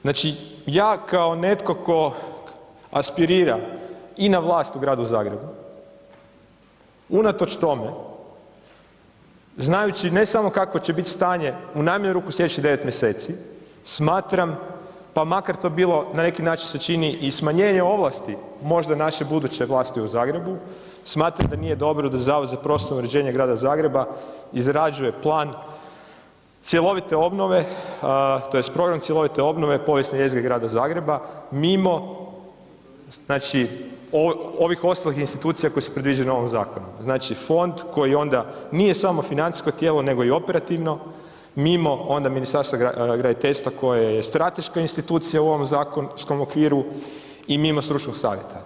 Znači, ja kao netko tko aspirira i na vlast u Gradu Zagrebu unatoč tome znajući ne samo kakvo će bit stanje u najmanju ruku slijedećih 9 mjeseci, smatram, pa makar to bilo na neki način se čini i smanjenje ovlasti možda naše buduće vlasti u Zagrebu, smatram da nije dobro da Zavod za prostorno uređenje Grada Zagreba izrađuje plan cjelovite obnove tj. program cjelovite obnove povijesne jezgre Grada Zagreba mimo, znači ovih ostalih institucija koje su predviđene ovim zakonom, znači fond koji onda nije samo financijsko tijelo nego i operativno, mimo onda Ministarstva graditeljstva koje je strateška institucija u ovom zakonskom okviru i mimo stručnog savjeta.